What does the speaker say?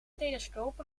telescoop